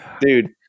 dude